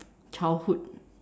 childhood